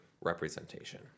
representation